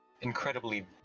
incredibly